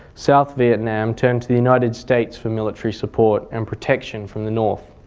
south vietnam turned to the united states for military support and protection from the north.